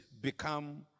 become